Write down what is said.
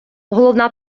головна